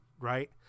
right